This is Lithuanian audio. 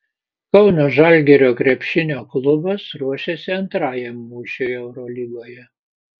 kauno žalgirio krepšinio klubas ruošiasi antrajam mūšiui eurolygoje